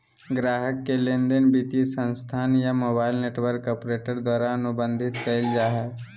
ग्राहक के लेनदेन वित्तीय संस्थान या मोबाइल नेटवर्क ऑपरेटर द्वारा अनुबंधित कइल जा हइ